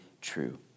true